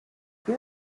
two